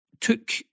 took